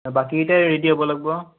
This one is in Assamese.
বাকী কেইটাই ৰেডি হ'ব লাগিব